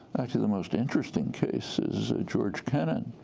actually, the most interesting case is ah george kennan,